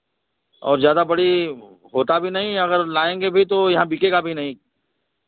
और ज्यादा बड़ी होता भी नहीं हैं अगर लाएँगे भी तो यहाँ बिकेगा भी नहीं